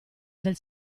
del